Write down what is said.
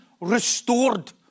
restored